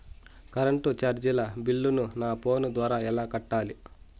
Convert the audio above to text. Current చార్జీల బిల్లును, నా ఫోను ద్వారా ఎలా కట్టాలి?